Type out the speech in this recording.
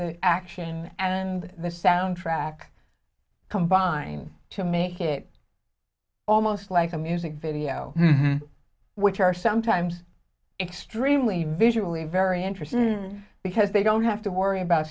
the action and the soundtrack combined to make it almost like a music video which are sometimes extremely visually very interesting because they don't have to worry about